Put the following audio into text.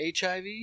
HIV